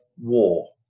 war